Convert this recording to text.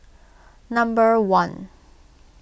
number one